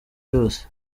yose